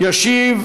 מי בעד?